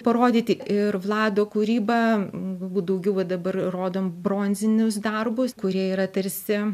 parodyti ir vlado kūrybą daugiau va dabar rodom bronzinius darbus kurie yra tarsi